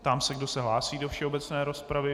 Ptám se, kdo se hlásí do všeobecné rozpravy.